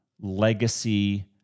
legacy